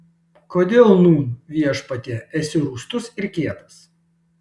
kodėl nūn viešpatie esi rūstus ir kietas